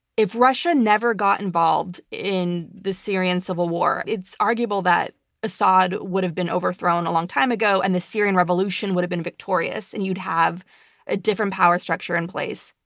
if russia never got involved in the syrian civil war, it's arguable that assad would have been overthrown a long time ago and the syrian revolution would have been victorious, and you'd have a different power structure in place.